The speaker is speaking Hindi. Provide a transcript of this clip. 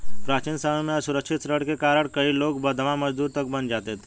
प्राचीन समय में असुरक्षित ऋण के कारण कई लोग बंधवा मजदूर तक बन जाते थे